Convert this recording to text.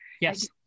Yes